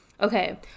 Okay